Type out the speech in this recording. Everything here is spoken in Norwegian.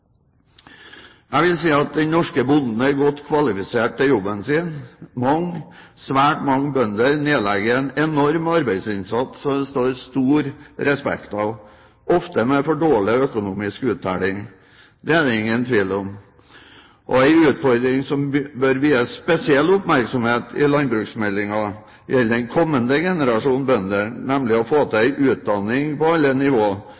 Jeg vil si at den norske bonden er godt kvalifisert til jobben sin. Mange, svært mange bønder nedlegger en enorm arbeidsinnsats, som det står stor respekt av, ofte med for dårlig økonomisk uttelling. Det er det ingen tvil om. Og en utfordring som bør vies spesiell oppmerksomhet i landbruksmeldingen, gjelder den kommende generasjonen bønder, nemlig å få til en utdanning på alle